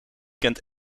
kent